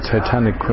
Titanic